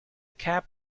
cap